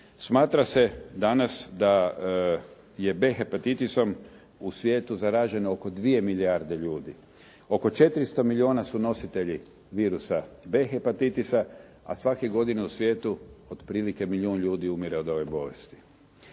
Smatram se danas da je B hepatitisom u svijetu zaraženo oko 2 milijarde ljudi. Oko 400 milijuna su nositelji virusa B hepatitisa, a svake godine u svijetu otprilike milijun ljudi umire od ove bolesti.